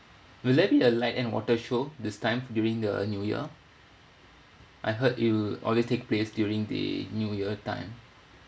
will there be a light and water show this time during the new year I heard it will always take place during the new year time